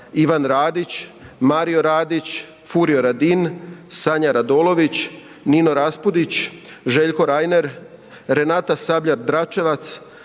Ivan Radić, Mario Radić, Furio Radin, Sanja Radolović, Nino Raspudić, Željko Reiner, Renata Sabljak Dračevac,